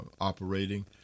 operating